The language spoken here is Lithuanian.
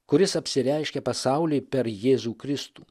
kuris apsireiškia pasauliui per jėzų kristų